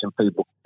people